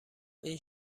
این